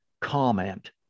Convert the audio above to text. comment